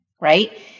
Right